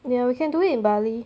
ya we can do it in bali